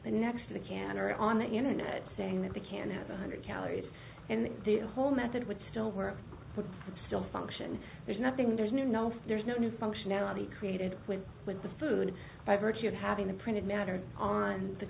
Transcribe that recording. the next to the can or on the internet saying that they can have one hundred calories and the whole method would still work with it's still function there's nothing there's no there's no new functionality created with with the food by virtue of having the printed matter on the